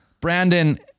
Brandon